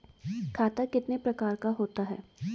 खाता कितने प्रकार का होता है?